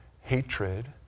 hatred